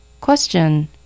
Question